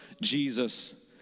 Jesus